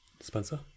Spencer